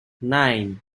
nine